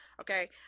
okay